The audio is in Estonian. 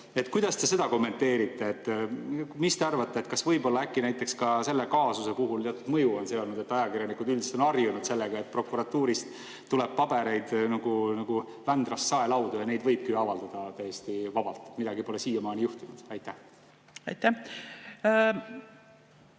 Kuidas te seda kommenteerite? Mis te arvate, kas võib olla äkki näiteks ka selle kaasuse puhul teatud mõju olnud sellel, et ajakirjanikud on harjunud, et prokuratuurist tuleb pabereid nagu Vändrast saelaudu ja neid võibki avaldada täiesti vabalt, sest midagi pole siiamaani juhtunud? Aitäh! Te